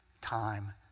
time